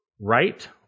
right